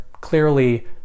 Clearly